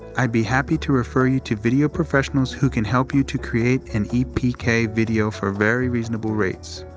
i'd be happy to refer you to video professionals who can help you to create an epk video for very reasonable rates.